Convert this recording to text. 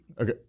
Okay